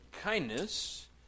kindness